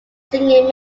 singing